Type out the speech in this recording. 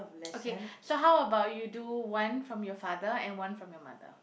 okay so how about you do one from your father and one from your mother